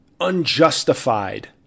unjustified